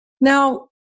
Now